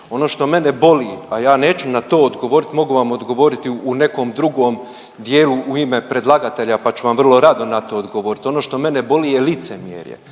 ono što mene boli, a ja neću na to odgovoriti, mogu vam odgovoriti u nekom drugom dijelu u ime predlagatelja, pa ću vam vrlo rado na to odgovorit, ono što mene boli je licemjerje.